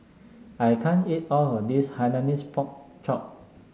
I can't eat all of this Hainanese Pork Chop